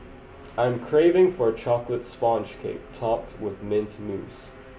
I am craving for a chocolate sponge cake topped with mint mousse